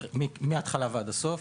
מההתחלה ועד הסוף,